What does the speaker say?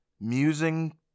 musing